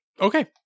Okay